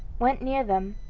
went near them,